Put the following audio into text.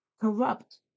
Corrupt